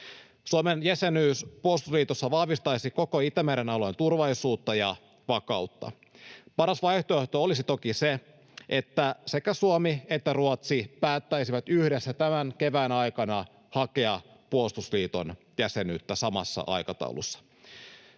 Suomen jäsenyys puolustusliitossa vahvistaisi koko Itämeren alueen turvallisuutta ja vakautta. Paras vaihtoehto olisi toki se, että sekä Suomi että Ruotsi päättäisivät yhdessä tämän kevään aikana hakea puolustusliiton jäsenyyttä samassa aikataulussa.